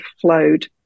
flowed